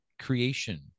creation